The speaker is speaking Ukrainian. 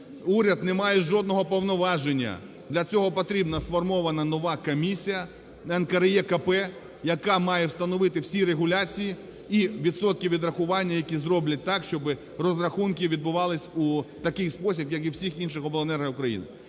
уряд не має жодного повноваження. Для цього потрібна сформована нова комісія НКРЕКП, яка має встановити всі регуляції і відсотки відрахування, які зроблять так, щоб розрахунки відбувались в такий спосіб, як і у всіх інших обленерго України.